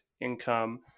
income